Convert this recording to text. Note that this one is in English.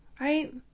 right